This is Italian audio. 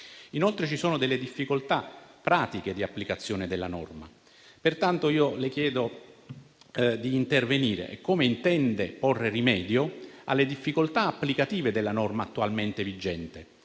Inoltre, ci sono difficoltà pratiche di applicazione della norma. Le chiedo pertanto di intervenire e come intenda porre rimedio alle difficoltà applicative della norma attualmente vigente,